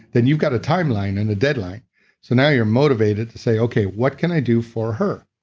then you've got a timeline and a deadline so now you're motivated to say, okay, what can i do for her?